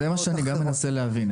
זה מה שאני רוצה להבין,